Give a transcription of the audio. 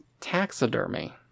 taxidermy